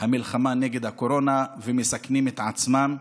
המלחמה נגד הקורונה ומסכנים את עצמם.